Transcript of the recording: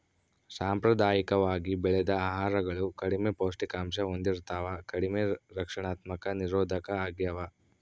ಸಾಂಪ್ರದಾಯಿಕವಾಗಿ ಬೆಳೆದ ಆಹಾರಗಳು ಕಡಿಮೆ ಪೌಷ್ಟಿಕಾಂಶ ಹೊಂದಿರ್ತವ ಕಡಿಮೆ ರಕ್ಷಣಾತ್ಮಕ ನಿರೋಧಕ ಆಗ್ಯವ